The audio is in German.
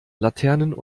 laternen